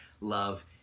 love